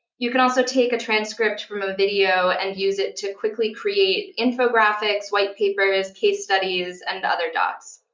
you can also take a transcript from a video and use it to quickly create infographics, white papers, case studies, and other docs.